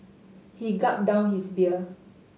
he gulped down his beer